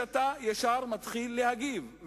שאתה ישר מתחיל להגיב,